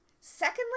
secondly